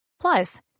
Plus